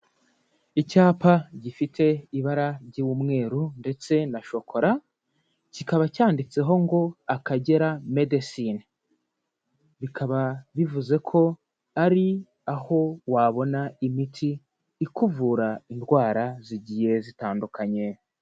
Icyapa gifite ibara ry'umweru ndetse na shokora, kikaba cyanditseho ngo Akagera medicine, bikaba bivuze ko ari aho wabona imiti ikuvura indwara zigiye zitandukanye.